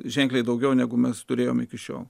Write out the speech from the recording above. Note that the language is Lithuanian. ženkliai daugiau negu mes turėjome iki šiol